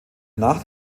nach